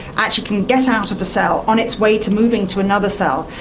actually can get out of a cell on its way to moving to another cell,